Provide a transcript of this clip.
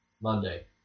Monday